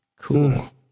Cool